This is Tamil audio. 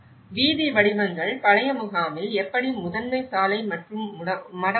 வீதி வடிவங்கள் பழைய முகாமில் எப்படி முதன்மை சாலை மற்றும் மடம் உள்ளது